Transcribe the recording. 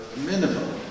minimum